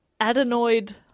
Adenoid